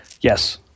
Yes